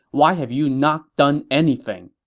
why have you not done anything?